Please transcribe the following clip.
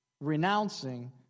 renouncing